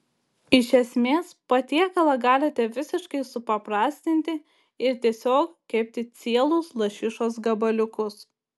iš esmės patiekalą galite visiškai supaprastinti ir tiesiog kepti cielus lašišos gabaliukus